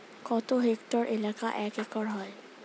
কত হেক্টর এলাকা এক একর হয়?